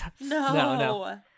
no